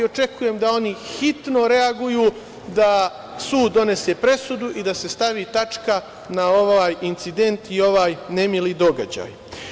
Očekujem da oni hitno reaguju, da sud donese presudu i da se stavi tačka na ovaj incident i ovaj nemili događaj.